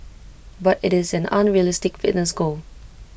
but IT is an unrealistic fitness goal